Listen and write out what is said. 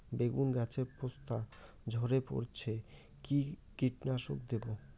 বেগুন গাছের পস্তা ঝরে পড়ছে কি কীটনাশক দেব?